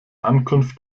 ankunft